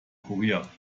kurier